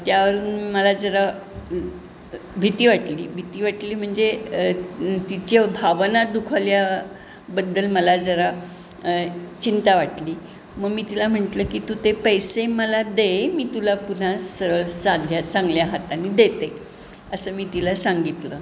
त्यावरून मला जरा भीती वाटली भीती वाटली म्हणजे तिच्या भावना दुखावल्याबद्दल मला जरा चिंता वाटली मग मी तिला म्हटलं की तू ते पैसे मला दे मी तुला पुन्हा सरळ साध्या चांगल्या हाताने देते असं मी तिला सांगितलं